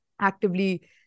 actively